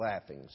laughing